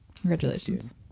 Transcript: Congratulations